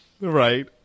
right